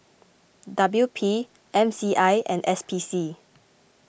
W P M C I and S P C